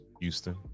Houston